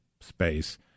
space